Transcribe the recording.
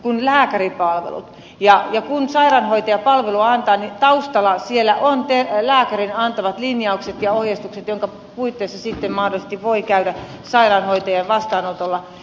kun sairaanhoitaja antaa palvelua niin taustalla siellä on lääkärin antamat linjaukset ja ohjeistukset joiden puitteissa sitten mahdollisesti voi käydä sairaanhoitajan vastaanotolla